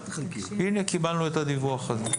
הנה, קיבלנו את הדיווח הזה.